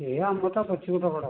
ସେଇଆ ଆମର ତ